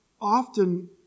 often